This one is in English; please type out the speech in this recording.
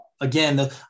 Again